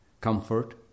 comfort